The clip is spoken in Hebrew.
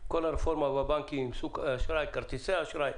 לגבי הרפורמה בבנקים, שוק אשראי, כרטיסי אשראי.